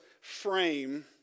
frame